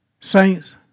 Saints